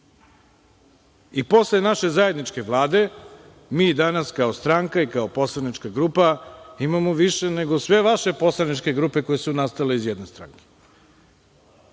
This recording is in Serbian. Posle naše zajedničke vlade, mi danas kao stranka, kao poslanička grupa, imamo više nego sve vaše poslaničke grupe koje su nastale iz jedne stranke,